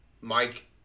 Mike